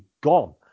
gone